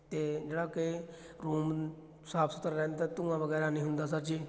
ਅਤੇ ਜਿਹੜਾ ਕਿ ਰੂਮ ਸਾਫ ਸੁਥਰਾ ਰਹਿੰਦਾ ਧੂੰਆਂ ਵਗੈਰਾ ਨਹੀਂ ਹੁੰਦਾ ਸਰ ਜੀ